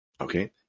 okay